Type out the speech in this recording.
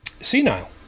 Senile